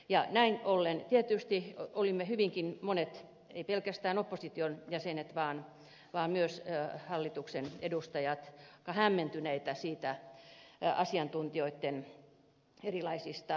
ja näin ollen tietysti olimme hyvinkin monet eivät pelkästään opposition jäsenet vaan myös hallituksen edustajat aika hämmentyneitä niistä asiantuntijoitten erilaisista arvioista